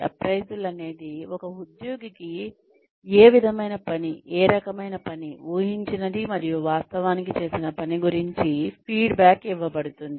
appraisal అనేది ఒక ఉద్యోగికి ఏ విధమైన పని ఏ రకమైన పని ఊహించినది మరియు వాస్తవానికి చేసిన పని గురించి ఫీడ్బ్యాక్ ఇవ్వబడుతుంది